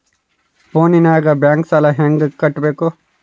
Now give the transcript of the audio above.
ಫೋನಿನಾಗ ಬ್ಯಾಂಕ್ ಸಾಲ ಹೆಂಗ ಕಟ್ಟಬೇಕು?